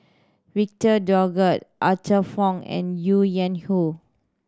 Victor Doggett Arthur Fong and Ho Yuen Hoe